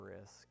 risk